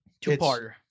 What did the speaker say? Two-parter